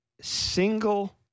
single